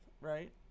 right